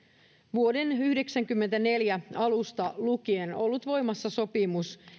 vuoden yhdeksänkymmentäneljä alusta lukien ollut voimassa sopimus